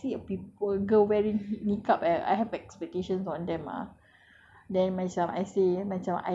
but then I say lah because when I see a people a girl wearing niqab err I have expectation on them ah